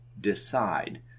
decide